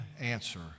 answer